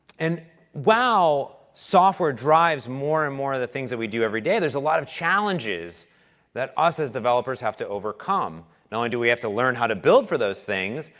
and while software drives more and more of the things that we do every day, there's a lot of challenges that us as developers have to overcome. now only do we have to learn how to build for those things,